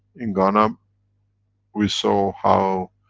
in ghana we saw how